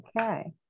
okay